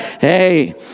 hey